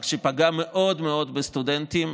שפגעה מאוד מאוד בסטודנטים,